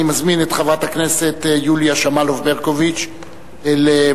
אני מזמין את חברת הכנסת יוליה שמאלוב ברקוביץ לשאול